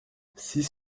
six